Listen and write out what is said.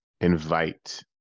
invite